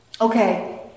okay